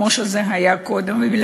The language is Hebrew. כמו שזה היה קודם.